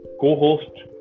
co-host